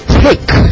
take